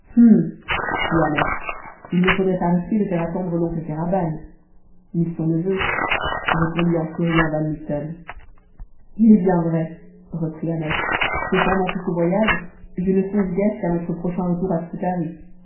il ne faudrait pas risquer de faire attendre l'oncle kéraban ni son neveu répondit en souriant van mitten il est bien vrai reprit ahmet que pendant tout ce voyage je ne songe guère qu'à notre prochain retour à